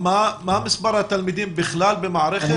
מה מספר התלמידים במערכת בכלל?